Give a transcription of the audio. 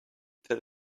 that